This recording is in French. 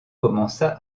commença